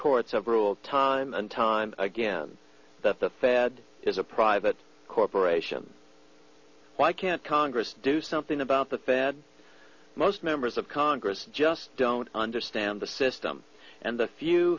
ruled time and time again that the fed is a private corporation why can't congress do something about the fed most members of congress just don't understand the system and the few